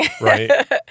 Right